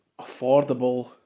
affordable